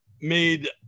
made